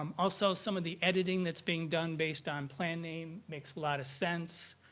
um also some of the editing that's being done based on planning makes a lot of sense.